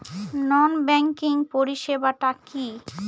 নন banking পরিষেবা টা কি?